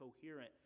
coherent